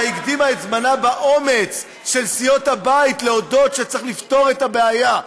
אלא הקדימה את זמנה באומץ של סיעות הבית להודות שצריך לפתור את הבעיה.